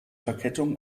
verkettung